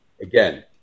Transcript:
Again